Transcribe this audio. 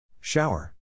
Shower